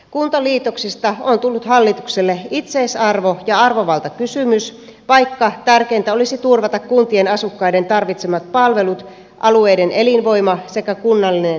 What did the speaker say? kuntaliitoksista on tullut hallitukselle itseisarvo ja arvovaltakysymys vaikka tärkeintä olisi turvata kuntien asukkaiden tarvitsemat palvelut alueiden elinvoima sekä kunnallinen demokratia